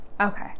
okay